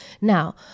Now